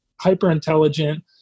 hyper-intelligent